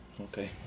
Okay